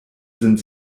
sind